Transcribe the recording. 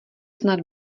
snad